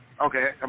Okay